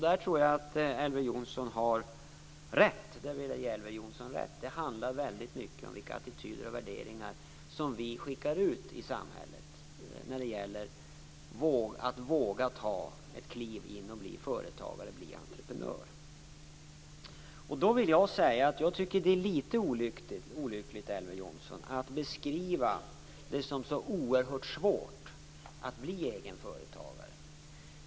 Där vill jag gärna ge Elver Jonsson rätt. Det handlar väldigt mycket om vilka attityder och värderingar som vi skickar ut i samhället när det gäller att våga ta ett kliv in och bli företagare, entreprenör. Då vill jag säga att jag tycker att det är litet olyckligt, Elver Jonsson, att beskriva det som så oerhört svårt att bli egen företagare.